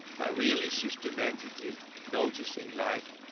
by really systematically noticing life,